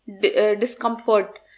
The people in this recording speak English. discomfort